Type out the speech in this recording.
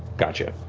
gotcha.